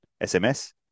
SMS